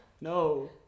No